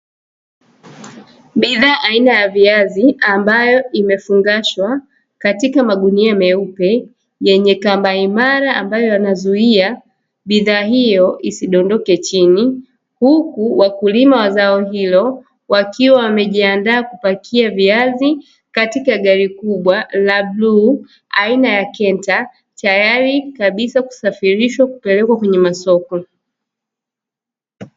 Bidhaa aina ya viazi, ambayo imefungashwa katika magunia meupe, yenye kamba imara ambayo yanazuia bidhaa hiyo isidondoke chini, huku wakulima wa zao hilo wakiwa wamejiandaa kupakia viazi, katika gari kubwa la bluu aina ya kenta, tayari kabisa kusafirishwa kupelekwa kwenye masoko.